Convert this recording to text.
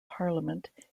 parliament